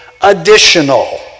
additional